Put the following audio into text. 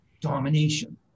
domination